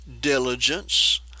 diligence